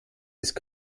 ist